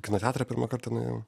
kino teatrą kartą nuėjau